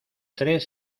tres